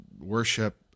worship